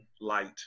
light